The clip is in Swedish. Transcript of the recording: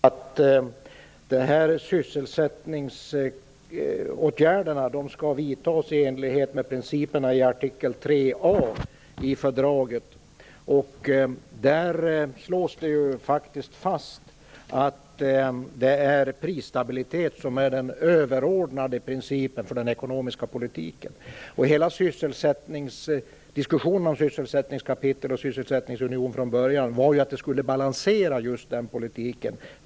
Herr talman! Först frågan om sysselsättningen, som utrikesministern är ganska nöjd med. Den svenska regeringen har t.o.m. föreslagit att sysselsättningsåtgärderna skall vidtas i enlighet med principerna i artikel 3 a i fördraget, där det faktiskt slås fast att det är prisstabiliteten som är den överordnade principen för den ekonomiska politiken. Avsikten med ett sysselsättningskapitel och en sysselsättningsunion var från början att balansera just den politiken.